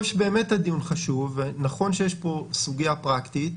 שהדיון חשוב, ונכון שיש פה סוגיה פרקטית.